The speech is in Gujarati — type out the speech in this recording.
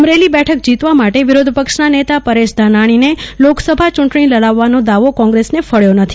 અમરેલી બેઠક જીતવા માટે વિરોધપક્ષના નેતા પરેશ ધાનાણીને લોકસભા ચુંટણી લડાવવાનો દાવ કોંગ્રેસને ફળ્યો નથી